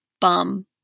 bum